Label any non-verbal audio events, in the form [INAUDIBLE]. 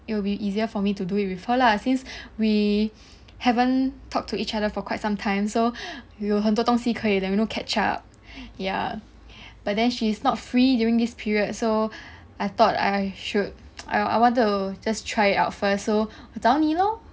it will be easier for me to do it with her lah since we haven't talked to each other for quite some time so 有很多东西可以 erm you know catch up ya but then she is not free during this period so I thought I should [NOISE] I wanted to just try it out first so 我找你 lor